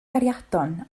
gariadon